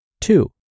Two